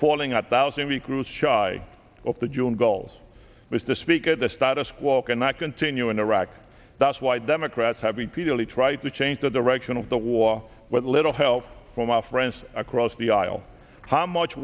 falling out thousand recruits shy of the june goals was to speak of the status quo cannot continue in iraq that's why democrats have repeatedly tried to change the direction of the war with little help from my friends across the aisle how much